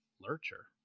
lurcher